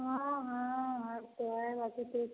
हाँ हाँ हर तो है बाकी तो